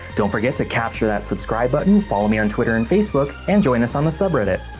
don't forget to capture that subscribe button, follow me on twitter and facebook, and join us on the subreddit!